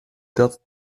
dat